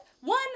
one